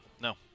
No